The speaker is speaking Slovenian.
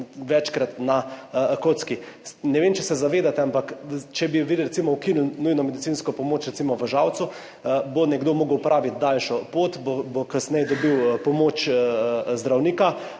večkrat na kocki. Ne vem, če se zavedate, ampak če bi vi recimo ukinili nujno medicinsko pomoč, recimo v Žalcu, bo moral nekdo opraviti daljšo pot, bo kasneje dobil pomoč zdravnika,